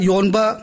Yonba